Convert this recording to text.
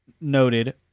noted